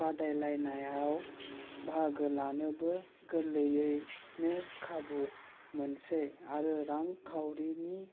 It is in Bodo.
बादायलायनायाव बाहागो लानोबो गोरलैयैनो खाबु मोनसै आरो रांखाउरिनि